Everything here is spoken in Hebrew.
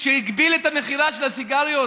שהגביל את המכירה של הסיגריות